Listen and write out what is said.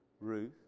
Ruth